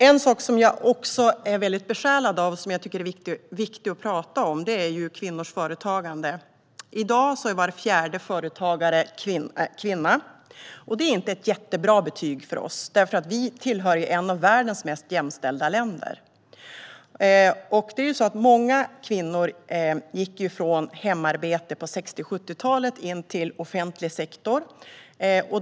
En annan sak som jag är besjälad av och som är viktig att tala om är kvinnors företagande. I dag är var fjärde företagare kvinna. Det är inte ett jättebra betyg för Sverige, som är ett av världens mest jämställda länder. Många kvinnor gick från hemarbete under 60-70-talen till att börja arbeta i offentlig sektor.